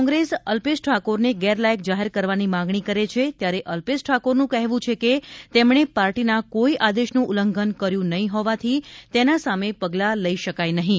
કોંપ્રેસ અલ્પેશ ઠાકોરને ગેરલાયક જાહેર કરવાની માગણી કરે છે ત્યારે અલ્પેશ ઠાકોરનું કહેવું છે કે તેમણે પાર્ટીના કોઇ આદેશનું ઉલ્લંઘન કર્યું નહીં હોવાથી તેના સામે પગલાં લઇ શકાય નહીં